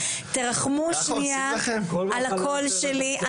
תרחמו שנייה על הקול שלי.